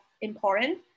important